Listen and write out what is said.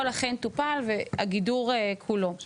שהגידור כולו אכן טופל.